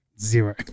Zero